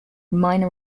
minor